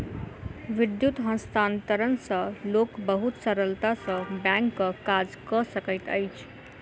विद्युत हस्तांतरण सॅ लोक बहुत सरलता सॅ बैंकक काज कय सकैत अछि